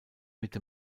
mitte